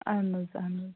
اہن حظ اہن حظ